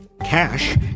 Cash